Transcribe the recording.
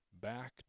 back